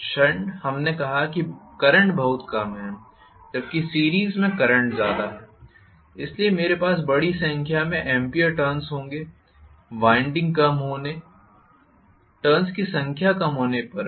shunt हमने कहा कि करंट बहुत कम है जबकि सीरीस में करंट ज़्यादा है इसलिए मेरे पास बड़ी संख्या में एम्पीयर टर्न्स होंगे वाइंडिंग कम होने टर्न्स की संख्या कम होने पर भी